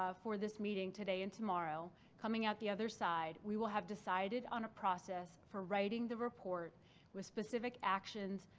ah for this meeting today and tomorrow coming out the other side we will have decided on a process for writing the report with specific actions,